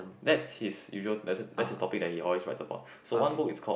that's his usual that's that's topic that he always write about so one book is called